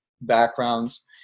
backgrounds